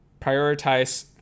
prioritize